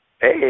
Hey